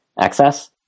access